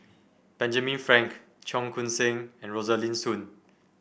Benjamin Frank Cheong Koon Seng and Rosaline Soon